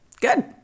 Good